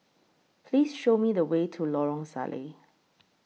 Please Show Me The Way to Lorong Salleh